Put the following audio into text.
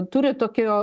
turi tokio